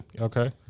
Okay